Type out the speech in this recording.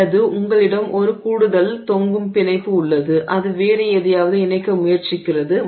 அல்லது உங்களிடம் ஒரு கூடுதல் தொங்கும் பிணைப்பு உள்ளது அது வேறு எதையாவது இணைக்க முயற்சிக்கிறது